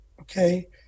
okay